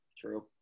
True